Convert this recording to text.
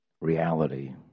reality